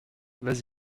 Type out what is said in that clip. vas